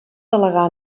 delegar